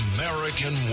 American